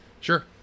Sure